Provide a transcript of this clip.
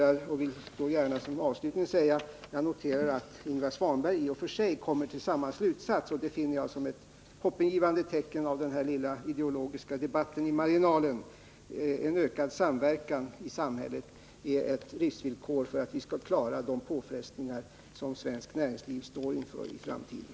Avslutningsvis noterar jag gärna att Ingvar Svanberg i och för sig kommer till samma slutsats. Det tar jag som ett hoppingivande tecken från den här lilla ideologiska debatten i marginalen. En ökad samverkan i samhället är ett livsvillkor för att vi skall klara de påfrestningar svenskt näringsliv står inför i framtiden.